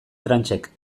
tranchek